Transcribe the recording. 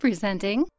Presenting